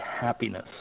happiness